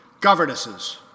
governesses